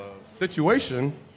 situation